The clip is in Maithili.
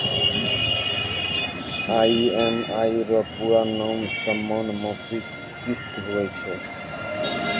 ई.एम.आई रो पूरा नाम समान मासिक किस्त हुवै छै